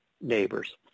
neighbors